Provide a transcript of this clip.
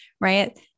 right